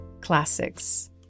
classics